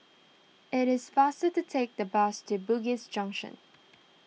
it is faster to take the bus to Bugis Junction